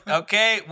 okay